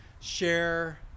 share